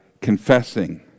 confessing